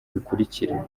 bikurikira